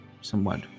somewhat